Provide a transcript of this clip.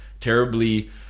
terribly